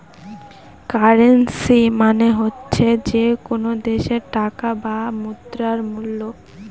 currency মানে হচ্ছে যে কোনো দেশের টাকা বা মুদ্রার মুল্য